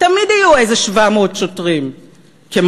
תמיד יהיו איזה 700 שוטרים כמשל.